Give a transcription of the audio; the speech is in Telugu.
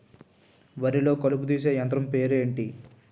వరి లొ కలుపు తీసే యంత్రం పేరు ఎంటి?